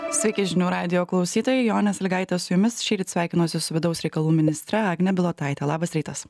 sveiki žinių radijo klausytojai jonė sąlygaitė su jumis šįryt sveikinosi su vidaus reikalų ministre agne bilotaite labas rytas